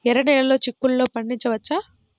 ఎర్ర నెలలో చిక్కుల్లో పండించవచ్చా?